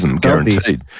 guaranteed